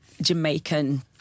Jamaican